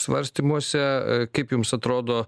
svarstymuose kaip jums atrodo